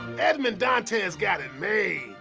edmond dantes got it made.